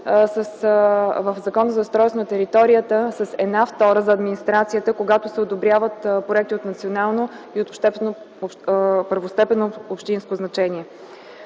в Закона за устройство на територията с една втора за администрацията, когато се одобряват проекти от национално и първостепенно общинско значение.